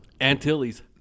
Antilles